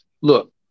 look